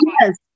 yes